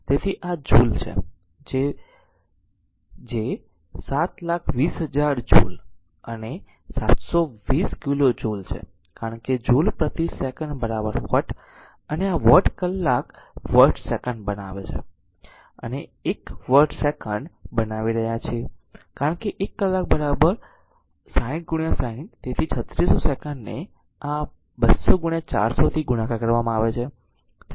તેથી આ જૂલ જે 720000 જૂલ અને r 720 કિલો જૂલ છે કારણ કે જૂલ પ્રતિ સેકન્ડ વોટ તેમજ આ વોટ કલાક વોટ સેકન્ડ બનાવે છે અમે આ એક વોટ સેકન્ડ બનાવી રહ્યા છીએ કારણ કે એક કલાક r 60 60 તેથી 3600 સેકન્ડને આ 200 400 થી ગુણાકાર કરવામાં આવે છે